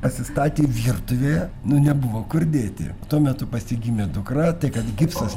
pasistatė virtuvėje nu nebuvo kur dėti tuo metu pas jį gimė dukra tai kad gipsas